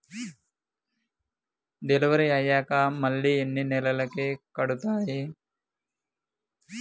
Delivery అయ్యాక మళ్ళీ ఎన్ని నెలలకి కడుతాయి?